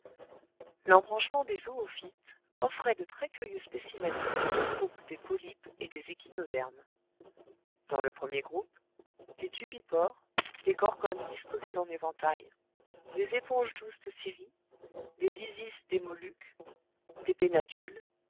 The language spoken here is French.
l'embranchement des zoophytes offrait de très curieux spécimens de ses deux groupes des polypes et des échinodermes dans le premier groupe des tubipores des gorgones disposées en éventail des éponges douces de syrie des isis des molluques des